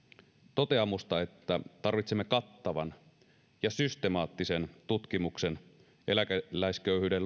toteamusta että tarvitsemme kattavan ja systemaattisen tutkimuksen eläkeläisköyhyyden